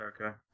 Okay